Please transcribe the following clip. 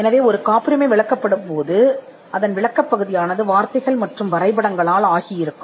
எனவே ஒரு காப்புரிமை விவரிக்கப்படும் போது விளக்கமான பகுதி சொற்களிலும் புள்ளிவிவரங்களிலும் இருக்கும்